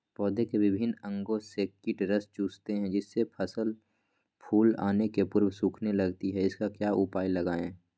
पौधे के विभिन्न अंगों से कीट रस चूसते हैं जिससे फसल फूल आने के पूर्व सूखने लगती है इसका क्या उपाय लगाएं?